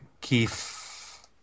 Keith